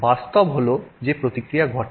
বাস্তব হল যে প্রতিক্রিয়া ঘটে